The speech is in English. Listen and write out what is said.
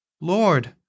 Lord